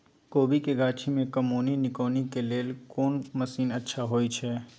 कोबी के गाछी में कमोनी निकौनी के लेल कोन मसीन अच्छा होय छै?